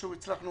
איכשהו הצלחנו